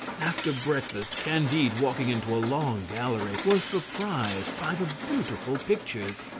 after breakfast, candide walking into a long gallery was surprised by the beautiful pictures.